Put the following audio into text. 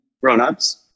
grown-ups